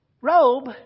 robe